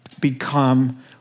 become